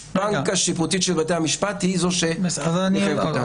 ובגושפנקה השיפוטית של בתי המשפט היא זו שמחייבת אותנו.